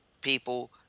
people